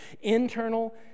internal